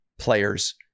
players